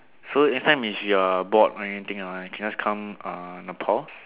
so next time if you're bored or anything ah or you can just come uh Nepal